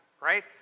Right